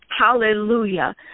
Hallelujah